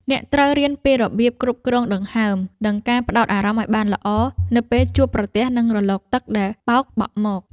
អ្នកត្រូវរៀនពីរបៀបគ្រប់គ្រងដង្ហើម និងការផ្ដោតអារម្មណ៍ឱ្យបានល្អ នៅពេលជួបប្រទះនឹងរលកទឹកដែលបោកបក់មក។